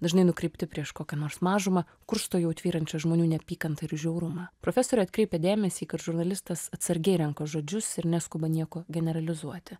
dažnai nukreipti prieš kokią nors mažumą kursto jau tvyrančią žmonių neapykantą ir žiaurumą profesorė atkreipia dėmesį kad žurnalistas atsargiai renka žodžius ir neskuba nieko generalizuoti